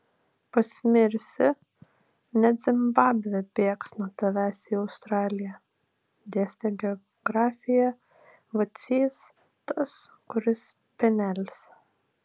pasmirsi net zimbabvė bėgs nuo tavęs į australiją dėstė geografiją vacys tas kuris penelis